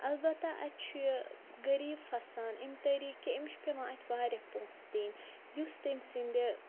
اَلبَتہ اَتہِ چھُ یہِ غریٖب پھسان اَمہِ طریقہٕ کہِ أمِس چھُ پٮ۪وان اَتہِ واریاہ پونٛسہٕ دِنۍ یُس تَمہِ سٕنٛدِ